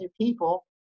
people